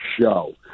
show